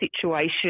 situation